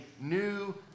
new